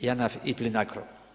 JANAF i PLINACRO.